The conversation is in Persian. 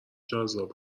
جذاب